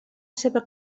seva